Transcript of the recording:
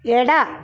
ಎಡ